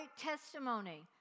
testimony